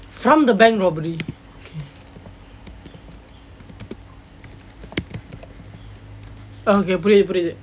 from the bank robbery okay புரியுது புரியுது:puriyuthu puriyuthu